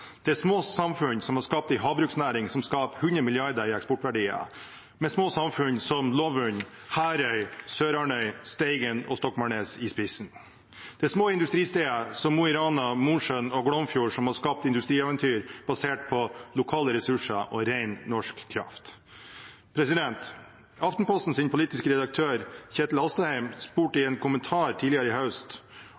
Det er små samfunn som har skapt en havbruksnæring som skaper hundre milliarder i eksportverdier, med små samfunn som Lovund, Herøy, Sørarnøy, Steigen og Stokmarknes i spissen. Det er små industristeder som Mo i Rana, Mosjøen og Glomfjord som har skapt industrieventyr basert på lokale ressurser og ren norsk kraft. Aftenpostens politiske redaktør, Kjetil Alstadheim, spurte i